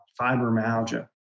fibromyalgia